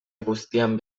guztian